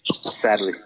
Sadly